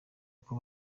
uko